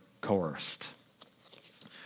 coerced